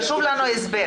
חשוב לנו ההסבר.